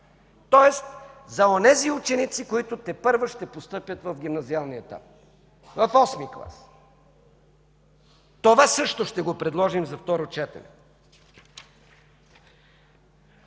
тоест за онези ученици, които тепърва ще постъпят в гимназиалния етап, в VІІІ клас. Това също ще го предложим за второ четене.